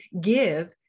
give